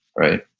right?